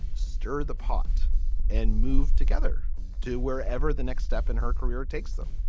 stir the pot and move together to wherever the next step in her career takes them.